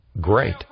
great